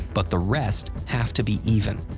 but the rest have to be even.